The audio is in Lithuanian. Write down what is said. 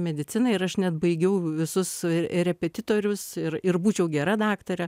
mediciną ir aš net baigiau visus repetitorius ir ir būčiau gera daktarė